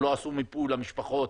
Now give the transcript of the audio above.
ולא עשו מיפוי למשפחות,